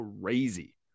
crazy